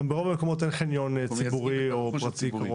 וגם ברוב המקומות אין חניון ציבורי או פרטי קרוב.